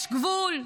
יש גבול,